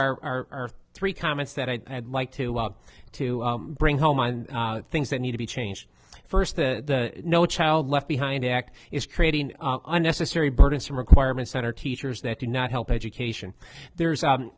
are three comments that i'd like to walk to bring home and things that need to be changed first the no child left behind act is creating unnecessary burdensome requirements that are teachers that do not help education there's